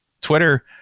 Twitter